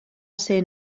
ser